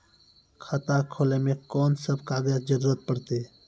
खाता खोलै मे कून सब कागजात जरूरत परतै?